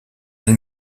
elle